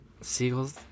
seagull's